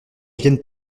viennent